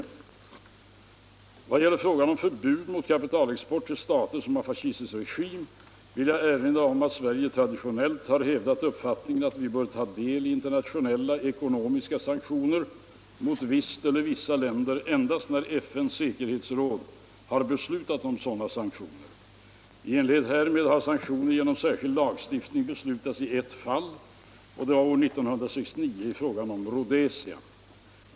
I vad gäller frågan om förbud mot kapitalexport till stater som har fascistisk regim vill jag erinra om att Sverige traditionellt har hävdat uppfattningen att vi bör ta del i internationella ekonomiska sanktioner mot visst land eller vissa länder endast när FN:s säkerhetsråd har beslutat om sådana sanktioner. I enlighet härmed har sanktioner genom särskild lagstiftning beslutats i ett fall, nämligen år 1969 i fråga om Rhodesia.